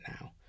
now